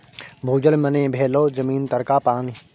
भूजल मने भेलै जमीन तरका पानि